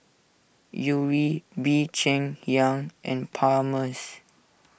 Yuri Bee Cheng Hiang and Palmer's